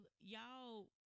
Y'all